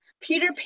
Peter